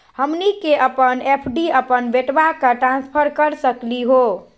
हमनी के अपन एफ.डी अपन बेटवा क ट्रांसफर कर सकली हो?